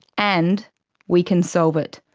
and we can solve it.